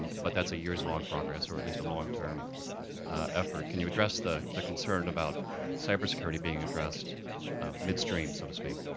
but that's a year's long progress or at least a long-term effort. can you address the the concern about cyber security being addressed mid stream so to speak.